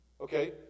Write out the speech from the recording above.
Okay